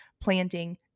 planting